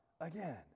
again